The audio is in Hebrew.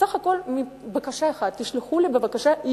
סך הכול בקשה אחת: תשלחו לי בבקשה כתובות